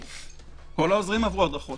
כל השופטים עברו הדרכות.